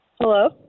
Hello